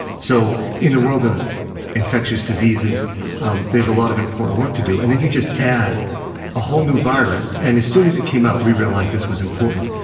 so in the world of infectious disease um there's a lot of important work to do. and then you just add a whole new virus. and as soon as it came out we realized this was important.